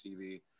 TV